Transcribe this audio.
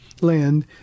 Land